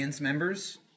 members